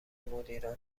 مدیران